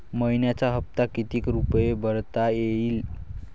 मइन्याचा हप्ता कितीक रुपये भरता येईल?